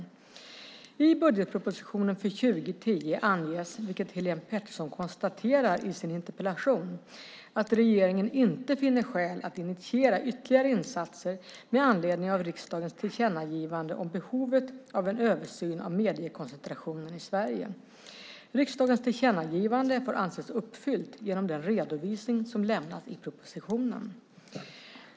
I budgetpropositionen för 2010 anges, vilket Helene Petersson konstaterar i sin interpellation, att regeringen inte finner skäl att initiera ytterligare insatser med anledning av riksdagens tillkännagivande om behovet av en översyn av mediekoncentrationen i Sverige. Riksdagens tillkännagivande får anses uppfyllt genom den redovisning som lämnas i propositionen.